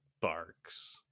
Barks